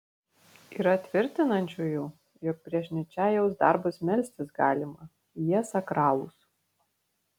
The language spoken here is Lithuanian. yra tvirtinančiųjų jog prieš ničajaus darbus melstis galima jie sakralūs